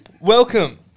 Welcome